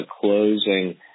closing